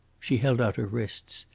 she held out her wrists.